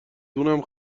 دونم